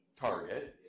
target